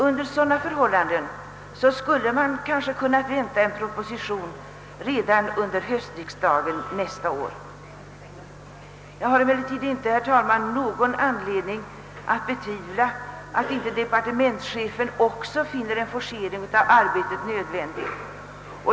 I så fall kunde kanske en proposition varit att förvänta redan under höstriksdagen nästa år. Jag har emellertid, herr talman, inte någon anledning att betvivla att departementschefen också finner en forcering av arbetet nödvändig.